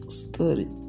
study